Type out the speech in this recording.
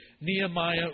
Nehemiah